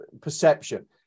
perception